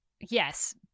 yes